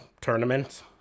tournaments